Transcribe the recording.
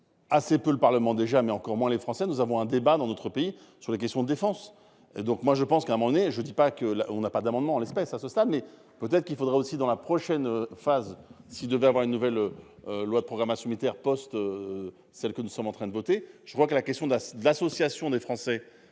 Assez peu le Parlement déjà mais encore moins les Français, nous avons un débat dans notre pays sur les questions de défense. Donc moi je pense qu'à mon et je ne dis pas que là on n'a pas d'amendement. En l'espèce à ce stade, mais peut-être qu'il faudrait aussi dans la prochaine phase. S'il devait avoir une nouvelle. Loi de programmation militaire poste. Celle que nous sommes en train de voter, je crois que la question de la, de l'association des Français